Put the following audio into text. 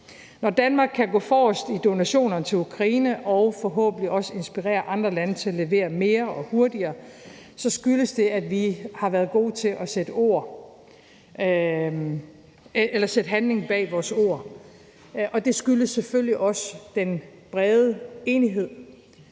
Når Danmark kan gå forrest i donationerne til Ukraine og forhåbentlig også inspirere andre lande til at levere mere og hurtigere, skyldes det, at vi har været gode til at sætte handling bag vores ord, og det skyldes selvfølgelig også den brede enighed,